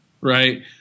right